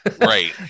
right